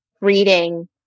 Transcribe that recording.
reading